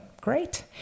Great